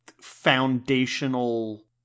foundational